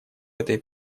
этой